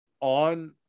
on